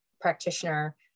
practitioner